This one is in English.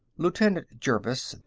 lieutenant jervis,